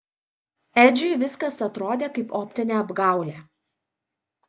edžiui viskas atrodė kaip optinė apgaulė